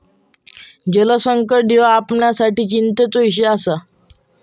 जलसंकट ह्यो आपणासाठी चिंतेचो इषय आसा